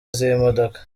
z’imodoka